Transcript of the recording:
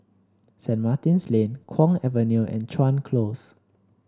Saint Martin's Lane Kwong Avenue and Chuan Close